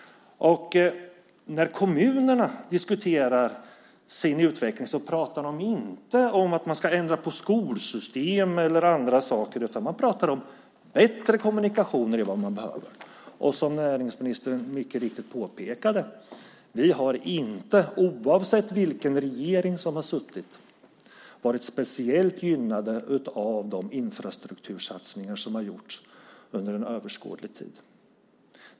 När kommunerna diskuterar sin utveckling pratar de inte om att ändra på skolsystem. Man pratar om bättre kommunikationer. Det är vad man behöver. Som näringsministern mycket riktigt påpekade har vi inte, oavsett vilken regering som har suttit, varit speciellt gynnade av de infrastruktursatsningar som har gjorts under överskådlig tid.